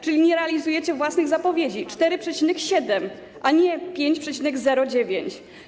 Czyli nie realizujecie własnych zapowiedzi - 4,7, a nie 5,09.